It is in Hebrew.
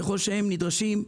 ככל שהם נדרשים.